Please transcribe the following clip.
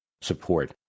support